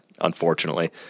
unfortunately